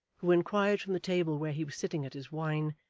who inquired from the table where he was sitting at his wine,